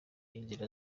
inzira